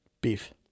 beef